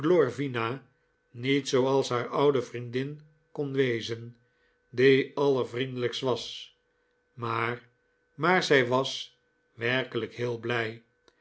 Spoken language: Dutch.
glorvina niet zooals haar oude vriendin kon wezen die allervriendelijkst was maar maar zij was werkelijk heel blij